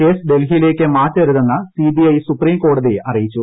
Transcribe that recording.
case ഡൽഹിയിലേയ്ക്ക് മാറ്റരുതെന്ന് CBI supreme കോടതിയെ അറിയിച്ചു